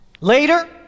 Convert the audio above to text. later